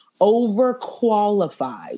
overqualified